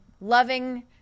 loving